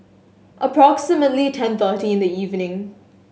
approximately ten thirty in the evening